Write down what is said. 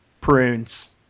prunes